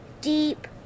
deep